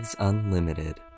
Unlimited